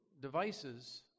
devices